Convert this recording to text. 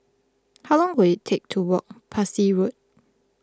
how long will it take to walk Parsi Road